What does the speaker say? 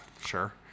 sure